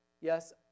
Yes